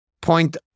point